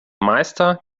meister